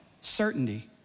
certainty